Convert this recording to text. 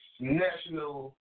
National